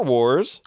Wars